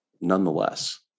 nonetheless